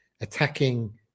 attacking